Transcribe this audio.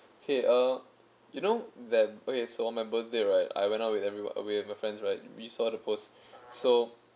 !hey! uh you know that okay so on my birthday right I went out with everyone with my friends right we saw the post so